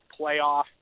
playoff